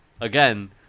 Again